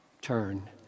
turn